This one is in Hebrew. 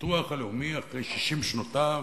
הביטוח הלאומי אחרי 60 שנותיו,